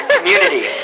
Community